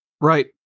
Right